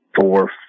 four